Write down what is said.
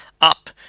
up